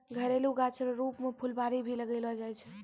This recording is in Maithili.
घरेलू गाछ रो रुप मे फूलवारी भी लगैलो जाय छै